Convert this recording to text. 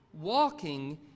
walking